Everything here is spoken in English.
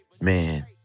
Man